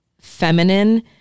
feminine